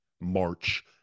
March